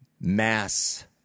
mass